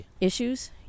issues